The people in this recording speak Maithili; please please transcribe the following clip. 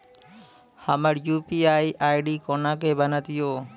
हमर यु.पी.आई आई.डी कोना के बनत यो?